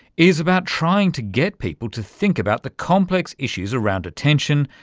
is about trying to get people to think about the complex issues around attention,